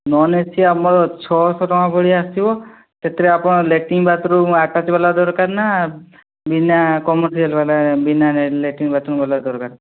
non AC ସି ଆମର ଛଅଶହ ଟଙ୍କା ଭଳିଆ ଆସିବ ସେଥିରେ ଆପଣ ଲେଟିନ୍ ବାଥ୍ରୁମ୍ ଆଟାଚ୍ ବାଲା ଦରକାର ନା ବିନା ବିନା ଲେଟିନ୍ ବାଥ୍ରୁମ୍ ବାଲା ଦରକାର